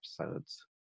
episodes